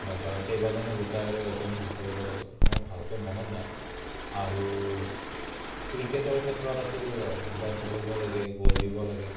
নাইবা কেইবাজনো লুকায় আৰু এজনে বিচাৰিব লাগে মোৰ ভালকৈ মনত নাই আৰু ক্ৰিকেটৰ ক্ষেত্ৰত আছিল বেট ধৰিব লাগে বল দিব লাগে